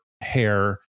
hair